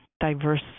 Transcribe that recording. diverse